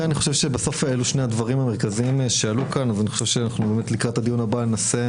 אלו שני הדברים המרכזיים שעלו כאן ובאמת לקראת הדיון הבא ננסה